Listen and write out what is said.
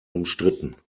umstritten